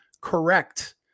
correct